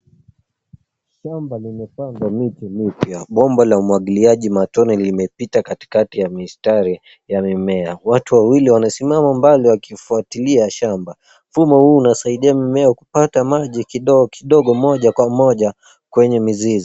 Shamba limepandwa miche mipya. Bomba la umwagiliaji matone limepita katikati ya mistari ya mimea. Watu wawili wanasimama mbali wakifuatilia shamba. Mfumo huu unasaidia mimea kupata maji kidogo kidogo moja kwa moja kwenye mizizi.